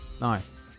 nice